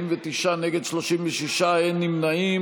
49, נגד, 36, אין נמנעים.